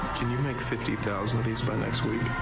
can you make fifty thousand of these by next week?